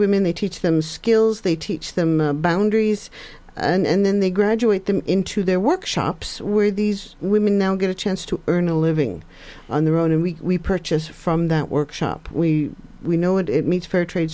women they teach them skills they teach them boundaries and then they graduate them into their workshops where these women now get a chance to earn a living on their own and we purchase from that workshop we we know and it meets fair trade